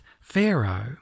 Pharaoh